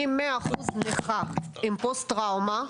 אני 100% נכה עם פוסט טראומה.